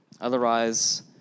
Otherwise